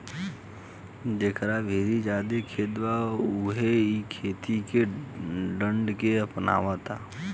जेकरा भीरी ज्यादे खेत बा उहे इ खेती के ढंग के अपनावता